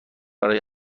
برای